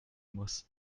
muss